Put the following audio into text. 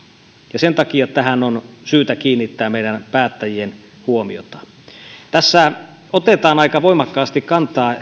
ja sen takia meidän päättäjien on syytä kiinnittää tähän huomiota tässä heti alussa otetaan aika voimakkaasti kantaa